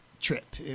trip